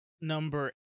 number